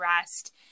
rest